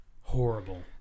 Horrible